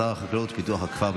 שר החקלאות ופיתוח הכפר.